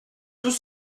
sous